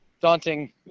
daunting